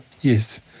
Yes